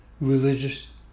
religious